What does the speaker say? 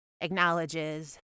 acknowledges